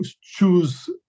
choose